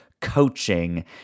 coaching